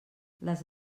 les